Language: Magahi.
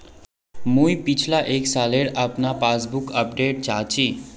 मुई पिछला एक सालेर अपना पासबुक अपडेट चाहची?